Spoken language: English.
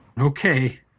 Okay